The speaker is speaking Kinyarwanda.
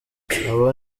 aba